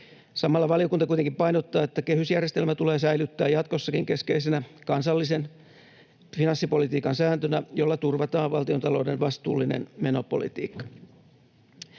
Samalla valiokunta kuitenkin painottaa, että kehysjärjestelmä tulee säilyttää jatkossakin keskeisenä kansallisen finanssipolitiikan sääntönä, jolla turvataan valtiontalouden vastuullinen menopolitiikka.